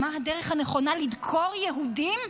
מה הדרך הנכונה לדקור יהודים,